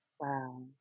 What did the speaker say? Wow